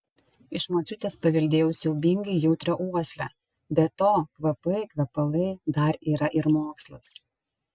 iš močiutės paveldėjau siaubingai jautrią uoslę be to kvapai kvepalai dar yra ir mokslas